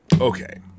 Okay